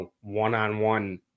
one-on-one